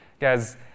Guys